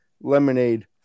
lemonade